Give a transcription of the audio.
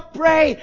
pray